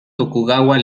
tokugawa